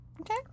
Okay